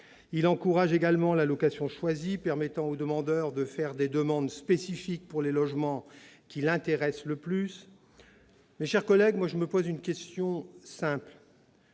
Il encourage enfin la « location choisie », permettant au demandeur de faire des demandes spécifiques pour les logements qui l'intéressent le plus. Mes chers collègues, je me pose une question simple